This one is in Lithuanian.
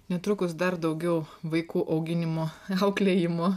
netrukus dar daugiau vaikų auginimo auklėjimo